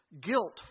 Guilt